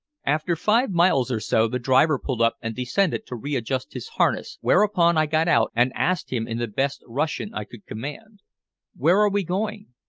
after five miles or so, the driver pulled up and descended to readjust his harness, whereupon i got out and asked him in the best russian i could command where are we going?